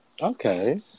okay